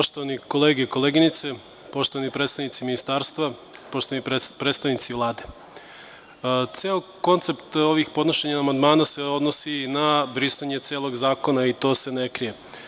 Poštovane kolege i koleginice, poštovani predstavnici ministarstva, poštovani predstavnici Vlade, ceo koncept podnošenja ovih amandmana se odnosi na brisanje celog zakona i to se ne krije.